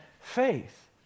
faith